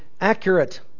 accurate